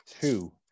two